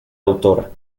autora